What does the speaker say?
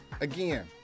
again